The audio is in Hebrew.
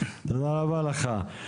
תודה רבה לך.